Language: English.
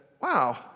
wow